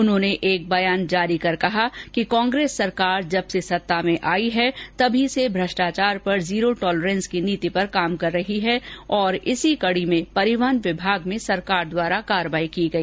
उन्होंने एक बयान जारी कर कहा कि कांग्रेस सरकार जब से सत्ता में आई है तभी से भ्रष्टाचार पर जीरो टोलरेन्स की नीति पर काम कर रही है और इसी कड़ी में परिवहन विभाग में सरकार द्वारा कार्यवाही की गई